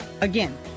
Again